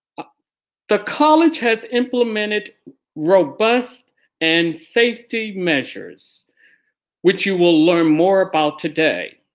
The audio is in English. the college has implemented robust and safety measures which you will learn more about today.